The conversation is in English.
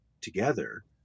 together